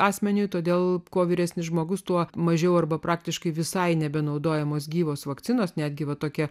asmeniui todėl kuo vyresnis žmogus tuo mažiau arba praktiškai visai nebenaudojamos gyvos vakcinos netgi va tokia